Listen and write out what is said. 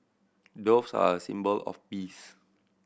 doves are a symbol of peace